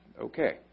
okay